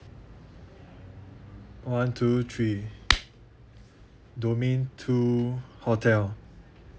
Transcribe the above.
one two three domain two hotel